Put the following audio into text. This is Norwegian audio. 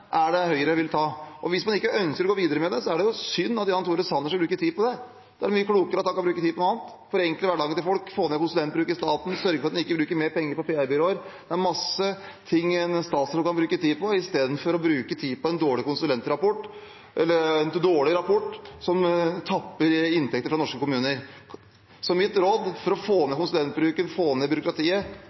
er det Høyre vil ta? Og hvis man ikke ønsker å gå videre med det, er det jo synd at Jan Tore Sanner skal bruke tid på det. Da er det mye klokere om han kan bruke tid på noe annet – forenkle hverdagen til folk, få ned konsulentbruken i staten, sørge for at man ikke bruker mer penger på PR-byråer. Det er mye en statsråd kan bruke tid på i stedet for å bruke tid på en dårlig rapport om å tappe inntekter fra norske kommuner. Mitt råd er, for å få ned konsulentbruken og få ned byråkratiet: